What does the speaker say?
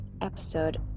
episode